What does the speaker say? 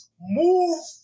move